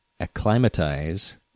acclimatize